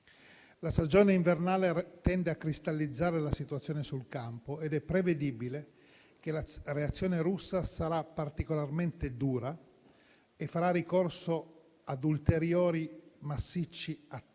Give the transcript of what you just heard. La stagione invernale tende a cristallizzare la situazione sul campo ed è prevedibile che la reazione russa sarà particolarmente dura e farà ricorso ad ulteriori massicci attacchi